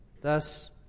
Thus